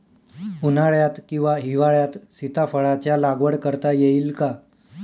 उन्हाळ्यात किंवा हिवाळ्यात सीताफळाच्या लागवड करता येईल का?